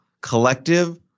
collective